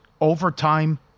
overtime